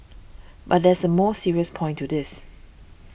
but there is a more serious point to this